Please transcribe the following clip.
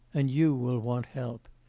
and you will want help.